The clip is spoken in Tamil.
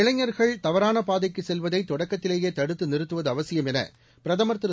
இளைஞர்கள் தவறான பாதைக்குச் செல்வதை தொடக்கத்திலேயே தடுத்து நிறுத்துவது அவசியம் என பிரதமர் திரு